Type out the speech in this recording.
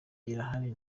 irahari